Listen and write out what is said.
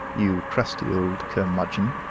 you crusty old curmudgeon,